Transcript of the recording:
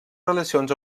relacions